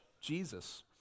Jesus